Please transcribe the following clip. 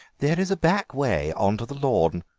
there is a back way on to the lawn,